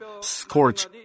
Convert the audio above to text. scorch